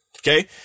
Okay